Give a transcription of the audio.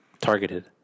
Targeted